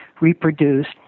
reproduced